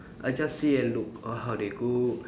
I just see and look oh how they cook